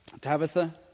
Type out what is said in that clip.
Tabitha